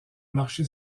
marché